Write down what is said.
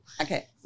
Okay